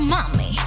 Mommy